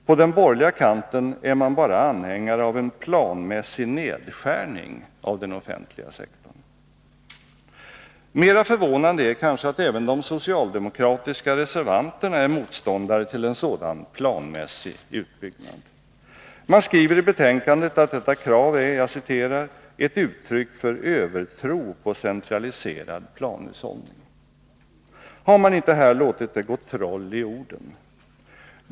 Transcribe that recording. På den borgerliga kanten är man bara anhängare av en planmässig nedskärning av den offentliga sektorn. Mera förvånande är kanske att även de socialdemokratiska reservanterna är motståndare till en sådan planmässig utbyggnad. Man skriver i betänkandet att detta krav är ”ett uttryck för ——— övertro på centraliserad planhushållning”. Har man inte här låtit det gå troll i orden?